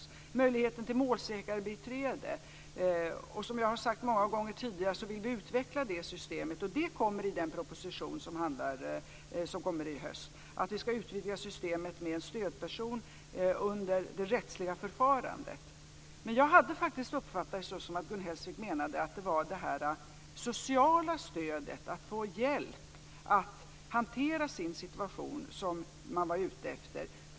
Det är bl.a. möjligheten till målsägarbiträde, och vi vill utveckla det systemet, som jag har sagt många gånger tidigare. Det kommer i den proposition som kommer i höst. Vi ska utvidga systemet med en stödperson under det rättsliga förfarandet. Jag hade uppfattat det så att Gun Hellsvik menade att det var det sociala stödet, att få hjälp att hantera sin situation, som man var ute efter.